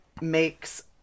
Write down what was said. makes